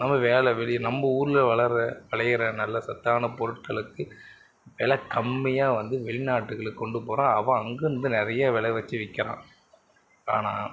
நம்ம வேலை வெளியே நம்ம ஊரில் வளர்கிற வெளைகிற நல்ல சத்தான பொருட்களுக்கு வெலை கம்மியாக வந்து வெளிநாட்டுகளுக்கு கொண்டு போகிறான் அவன் அங்கே இன்னும் நிறையா வெலை வச்சு விற்கிறான் ஆனால்